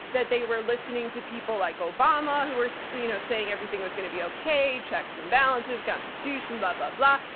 that they were listening to people like obama who were so you know saying everything was going to be okay, checks and balances, constitution, but blah,